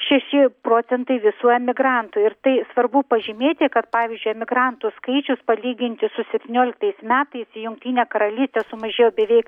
šeši procentai visų emigrantų ir tai svarbu pažymėti kad pavyzdžiui emigrantų skaičius palyginti su septynioliktais metais į jungtinę karalytę sumažėjo beveik